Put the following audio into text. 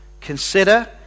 Consider